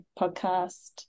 podcast